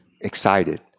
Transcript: excited